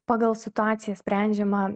pagal situaciją sprendžiama